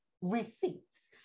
receipts